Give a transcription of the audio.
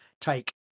take